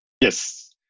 Yes